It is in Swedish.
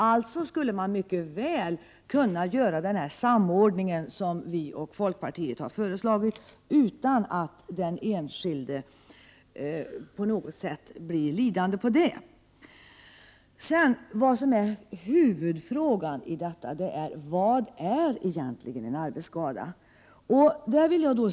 Alltså skulle man mycket väl kunna göra en sådan samordning som vi moderater och folkpartister har föreslagit, utan att den enskilde på något sätt skulle bli lidande på det. Det som är huvudfrågan är vad en arbetsskada egentligen är.